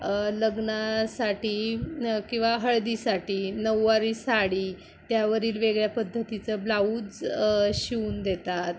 लग्नासाठी किंवा हळदीसाठी नऊवारी साडी त्यावरील वेगळ्या पद्धतीचं ब्लाऊज शिवून देतात